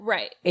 Right